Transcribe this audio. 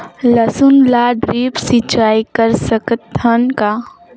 लसुन ल ड्रिप सिंचाई कर सकत हन का?